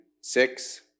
six